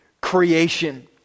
creation